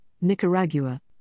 Nicaragua